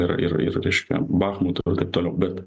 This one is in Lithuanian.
ir ir ir reiškia bahmatu ir taip toliau bet